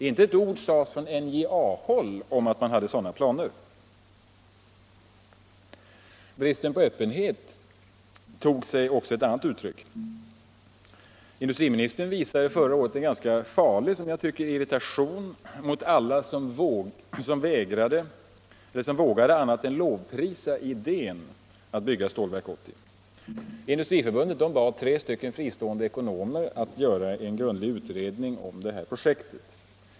Inte ett ord har sagts från NJA-håll om att man hade sådana planer. Bristen på öppenhet har också tagit sig ett annat uttryck. Industriministern visade förra året en, som jag tycker, ganska farlig irritation mot alla som vågade annat än lovprisa idén att bygga Stålverk 80. Industriförbundet bad tre fristående ekonomer att göra en grundlig utredning om detta projekt.